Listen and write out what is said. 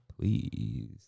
please